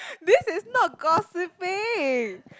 this is not gossiping